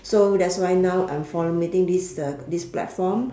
so that's why now I'm formulating this this platform